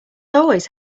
always